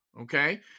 Okay